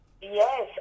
Yes